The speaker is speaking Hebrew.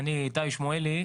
אני איתי שמואלי,